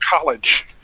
college